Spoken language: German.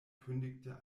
kündigte